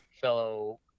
fellow